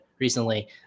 Recently